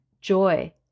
joy